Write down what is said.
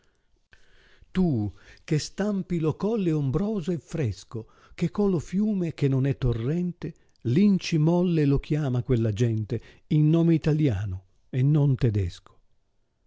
u che stampi lo colle ombroso e fresco ch è co lo fiume che non è torrente linci molle lo chiama quella gente in nome italiano e non tedesco